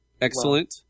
Excellent